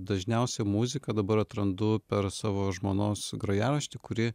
dažniausiai muziką dabar atrandu per savo žmonos grojaraštį kurį